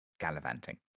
gallivanting